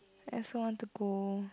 I also want to go